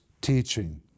teaching